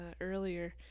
earlier